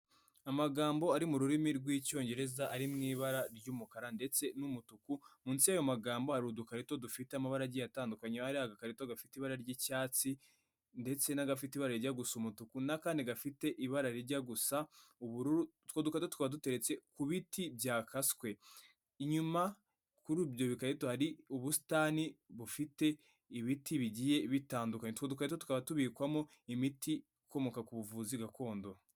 Amagambo ari mu rurimi rw'icyongereza ari mu ibara ry'umukara ndetse n'umutuku, munsi y'ayo magambo hari udukarito dufite amabara agiye atandukanye, hari agakarito gafite ibara ry'icyatsi, ndetse n'akandi gafite ibara rijya gusa umutuku, n'akandi gafite ibara rijya gusa ubururu, utwo dukarito tukaba tuteretse ku biti byakaswe. inyuma kuri ibyo bikarito hari ubusitani bufite ibiti bigiye bitandukanye. Utwo dukarito tukaba tubikwamo imiti ikomoka ku buvuzi gakondo.